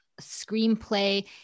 screenplay